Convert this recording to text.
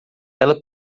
ela